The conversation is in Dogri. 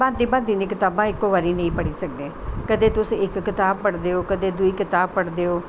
भांति भांति दियां कताबां तुस इक्को बारी नेंई पढ़ी सकदे कदैं तुस इक कताब पढ़द् ओ कदैं दुई कताब पढ़दे ओ